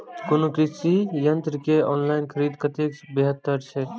कोनो कृषि यंत्र के ऑनलाइन खरीद कतेक बेहतर छै?